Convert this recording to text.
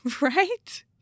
Right